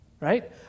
right